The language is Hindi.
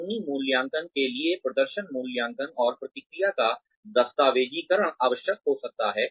कानूनी मूल्यांकन के लिए प्रदर्शन मूल्यांकन और प्रतिक्रिया का दस्तावेजीकरण आवश्यक हो सकता है